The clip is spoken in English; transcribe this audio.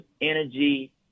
energy